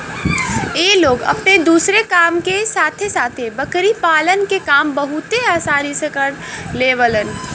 इ लोग अपने दूसरे काम के साथे साथे बकरी पालन के काम बहुते आसानी से कर लेवलन